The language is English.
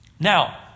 Now